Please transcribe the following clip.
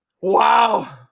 Wow